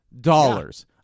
dollars